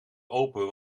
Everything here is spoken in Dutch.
open